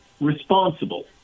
responsible